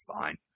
fine